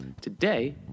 Today